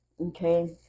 okay